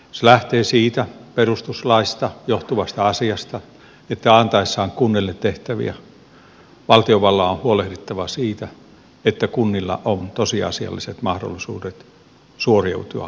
se lähtee siitä perustuslaista johtuvasta asiasta että antaessaan kunnille tehtäviä valtiovallan on huolehdittava siitä että kunnilla on tosiasialliset mahdollisuudet suoriutua annetuista tehtävistä